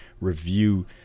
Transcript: review